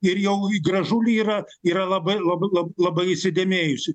ir jau į gražulį yra yra labai labai labai įsidėmėjusi